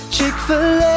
Chick-fil-A